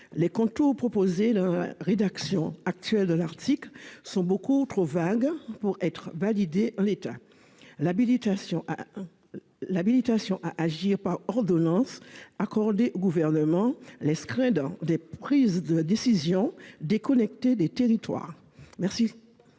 les contours proposés dans la rédaction actuelle de cet article sont beaucoup trop vagues pour être validés en l'état. L'habilitation à agir par ordonnance accordée au Gouvernement laisse craindre des prises de décisions déconnectées des territoires.